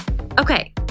Okay